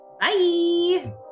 Bye